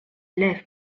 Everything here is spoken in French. lèvent